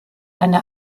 eine